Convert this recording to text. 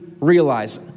realize